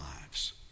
lives